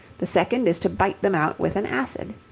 the second is to bite them out with an acid.